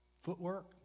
footwork